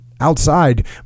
Outside